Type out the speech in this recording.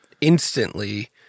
instantly